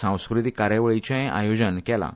सांस्कृतीक कार्यावळींचेंय आयोजन केलां